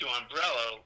umbrella